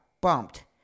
bumped